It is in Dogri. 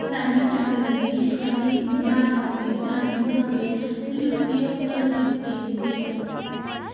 ते फ्ही असें बी प्रैक्टिस करनी कि अस बी बनांदे जेह्ड़ी रुट्टी ऐ ओह् घरा दी रुट्टी गै स्हेई